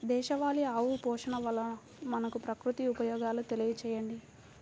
దేశవాళీ ఆవు పోషణ వల్ల మనకు, ప్రకృతికి ఉపయోగాలు తెలియచేయండి?